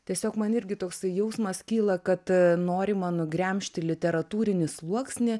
tiesiog man irgi toksai jausmas kyla kad norima nugremžti literatūrinį sluoksnį